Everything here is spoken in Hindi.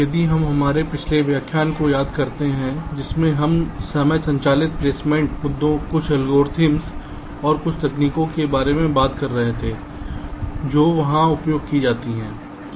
यदि आप हमारे पिछले व्याख्यान को याद करते हैं जिसमें हम समय चालित प्लेसमेंट मुद्दों कुछ एल्गोरिदम और कुछ तकनीकों के बारे में बात कर रहे थे जो वहां उपयोग की जाती हैं